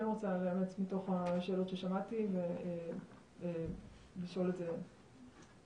רוצה לאמץ מתוך השאלות ששמעתי ולשאול את זה בעצמי,